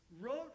wrote